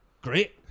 Great